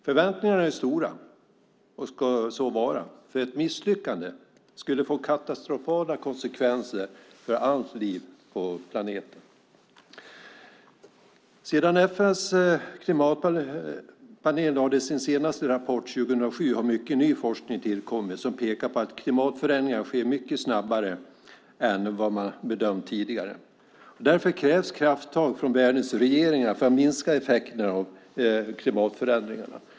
Förväntningarna är stora och ska så vara, för ett misslyckande skulle få katastrofala konsekvenser för allt liv på planeten. Sedan FN:s klimatpanel lade fram sin senaste rapport 2007 har mycket ny forskning tillkommit som pekar på att klimatförändringarna sker mycket snabbare än vad man har bedömt tidigare. Därför krävs krafttag från världens regeringar för att minska effekterna av klimatförändringarna.